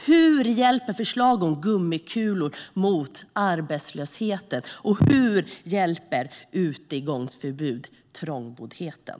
Hur hjälper förslag om gummikulor mot arbetslösheten, och hur hjälper utegångsförbud trångboddheten?